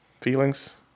Feelings